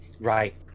Right